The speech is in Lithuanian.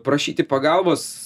prašyti pagalbos